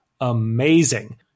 amazing